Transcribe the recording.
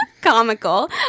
comical